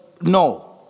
No